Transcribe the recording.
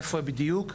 איפה הם בדיוק.